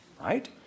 right